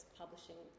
publishing